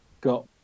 got